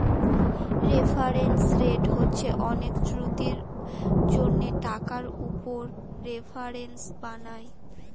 reference rate হচ্ছে অনেক চুক্তির জন্য টাকার উপর রেফারেন্স বানায়